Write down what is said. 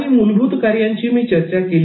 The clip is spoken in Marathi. काही मूलभूत कार्यांची मी चर्चा केली